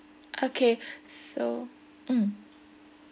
okay so mm